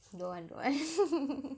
don't want don't want